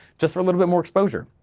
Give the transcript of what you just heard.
just for a little bit more exposure.